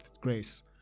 grace